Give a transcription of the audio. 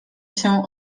się